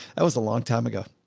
that was a long time ago.